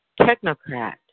Technocrat